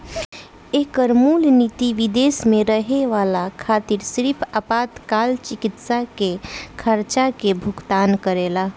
एकर मूल निति विदेश में रहे वाला खातिर सिर्फ आपातकाल चिकित्सा के खर्चा के भुगतान करेला